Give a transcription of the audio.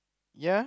ya